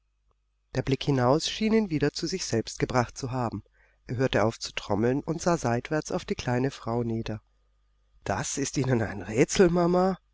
der blick hinaus schien ihn wieder zu sich selbst gebracht zu haben er hörte auf zu trommeln und sah seitwärts auf die kleine frau nieder das ist ihnen ein